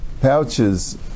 pouches